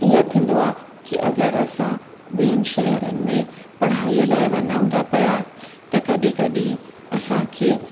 ईअं थींदो आहे की अगरि असां ॿियनि शहरनि में पढ़ाईअ लाइ वञूं था पिया त कॾहिं कॾहिं असांखे